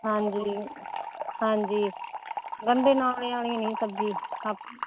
ਹਾਂਜੀ ਹਾਂਜੀ ਗੰਦੇ ਨਾਲੇ ਵਾਲੀਆਂ ਨਹੀਂ ਸਬਜ਼ੀ ਹ